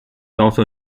also